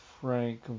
Frank